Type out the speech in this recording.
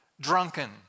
drunken